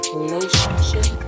relationship